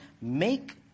Make